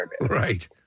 Right